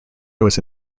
was